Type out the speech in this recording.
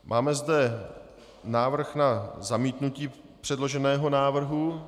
Máme zde návrh na zamítnutí předloženého návrhu.